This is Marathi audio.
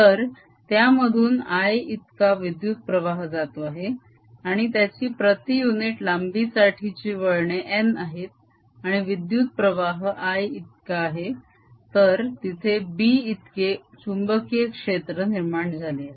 तर त्यामधून I इतका विद्युत प्रवाह जातो आहे आणि त्याची प्रती युनिट लांबीसाठीची वळणे n आहेत आणि विद्युत प्रवाह I इतका आहे तर तिथे b इतके चुंबकीय क्षेत्र निर्माण झाले आहे